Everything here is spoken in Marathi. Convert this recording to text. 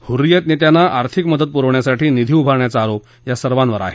हूर्रियत नेत्याप्ती आर्थिक मदत पुरवण्यासाठी निधी उभारण्याचा आरोप या सर्वांवर आहे